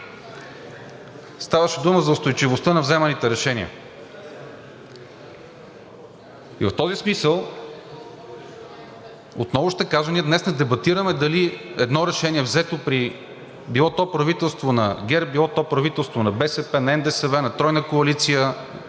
Ставаше дума за устойчивостта на вземаните решения и в този смисъл отново ще кажа: ние днес не дебатираме дали едно решение е взето при било то правителство на ГЕРБ, било то правителство на БСП, на НДСВ, на тройна коалиция,